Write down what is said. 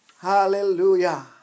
Hallelujah